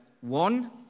one